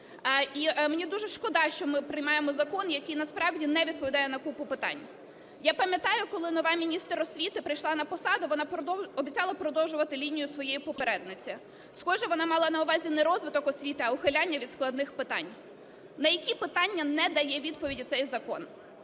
і мені дуже шкода, що ми приймаємо закон, який насправді не відповідає на купу питань. Я пам'ятаю, коли нова міністр освіти прийшла на посаду, вона обіцяла продовжувати лінію своєї попередниці. Схоже, вона мала на увазі не розвиток освіти, а ухиляння від складних питань. На які питання не дає відповіді цей закон?